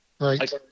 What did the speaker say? Right